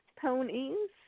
ponies